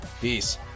Peace